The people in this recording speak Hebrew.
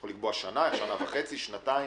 יכול לקבוע שנה, שנה וחצי, שנתיים.